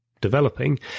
developing